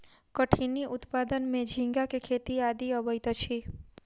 कठिनी उत्पादन में झींगा के खेती आदि अबैत अछि